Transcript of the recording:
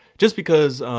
just because